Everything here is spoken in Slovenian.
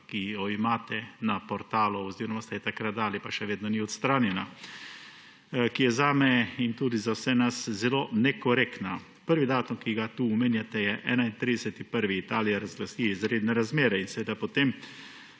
ki jo imate na portalu oziroma ste jo takrat dali pa še vedno ni odstranjena, ki je zame in tudi za vse nas zelo nekorektna. Prvi datum, ki ga tu omenjate, je 31. 1., Italija razglasi izredne razmere. Potem